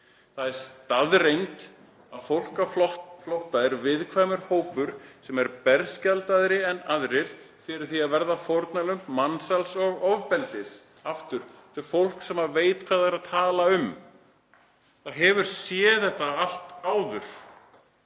Það er staðreynd að fólk á flótta er viðkvæmur hópur sem er berskjaldaðri en aðrir fyrir því að verða fórnarlömb mansals og ofbeldis.“ Aftur: Þetta er fólk sem veit hvað það er að tala um. Það hefur séð þetta allt áður.